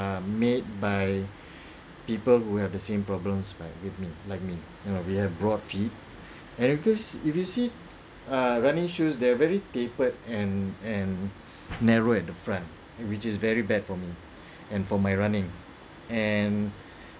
uh made by people who have the same problems with me like me and we have broad feet and because if you see a running shoes they're very tapered and and narrow and the front which is very bad for me and for my running and